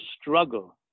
struggle